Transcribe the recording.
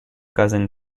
cousin